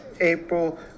April